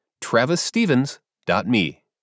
travisstevens.me